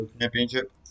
Championship